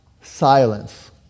silence